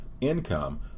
income